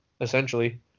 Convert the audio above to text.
essentially